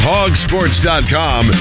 Hogsports.com